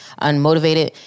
unmotivated